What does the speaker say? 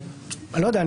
לא יודע.